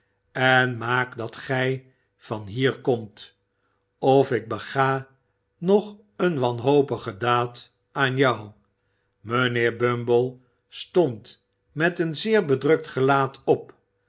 en maak dat gij van hier komt of ik bega nog een wanhopige daad aan jou mijnheer bumble stond met een zeer bedrukt gelaat op